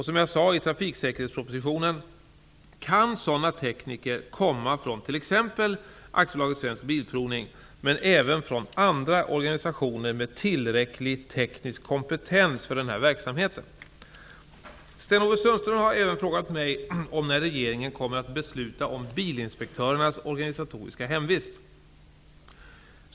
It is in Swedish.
Som jag sade i trafiksäkerhetspropositionen kan sådana tekniker komma från t.ex. AB Svensk Bilprovning, men även från andra organisationer med tillräcklig teknisk kompetens för den här verksamheten. Sten-Ove Sundström har även frågat mig om när regeringen kommer att besluta om bilinspektörernas organisatoriska hemvist.